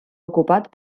ocupat